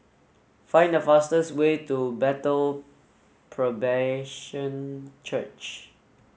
find the fastest way to Bethel Presbyterian Church